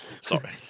Sorry